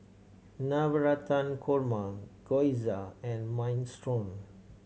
Navratan Korma Gyoza and Minestrone